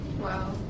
Wow